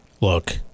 Look